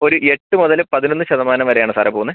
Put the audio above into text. ഒരു എട്ട് മുതൽ പതിനൊന്ന് ശതമാനം വരെയാണ് സാറെ പോകുന്നത്